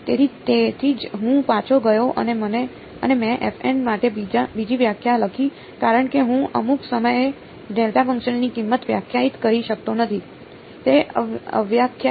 તેથી તેથી જ હું પાછો ગયો અને મેં માટે બીજી વ્યાખ્યા લખી કારણ કે હું અમુક સમયે ડેલ્ટા ફંક્શનની કિંમત વ્યાખ્યાયિત કરી શકતો નથી તે અવ્યાખ્યાયિત છે